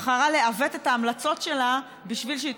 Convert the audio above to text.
בחרה לעוות את ההמלצות שלה בשביל שהיא